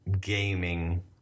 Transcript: gaming